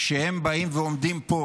כשהם באים ועומדים פה